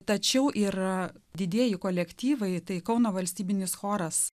tačiau yra didieji kolektyvai tai kauno valstybinis choras